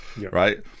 right